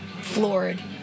floored